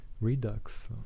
Redux